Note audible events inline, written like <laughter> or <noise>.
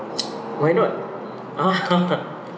<noise> why not <laughs>